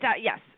Yes